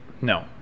No